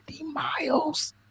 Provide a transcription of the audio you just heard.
miles